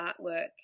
artwork